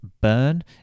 burn